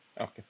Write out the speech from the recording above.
Okay